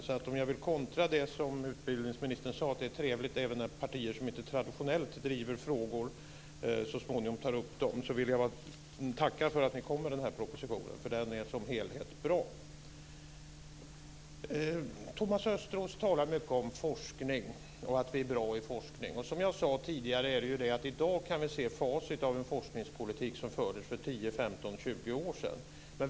Jag kan därför kontra det som utbildningsministern sade; att det är trevligt även när partier som inte traditionellt driver vissa frågor så småningom tar upp dem. Så jag vill tacka för att ni kom med den här propositionen, för den är som helhet bra. Thomas Östros talar mycket om forskning och att vi är bra på forskning. Som jag sade tidigare kan vi i dag se facit av en forskningspolitik som fördes för tio, femton, tjugo år sedan.